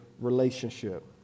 relationship